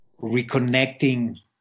reconnecting